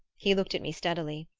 he looked at me steadily.